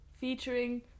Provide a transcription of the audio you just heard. featuring